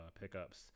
pickups